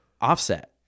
offset